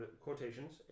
quotations